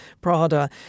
Prada